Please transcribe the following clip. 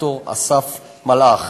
ד"ר אסף מלאך.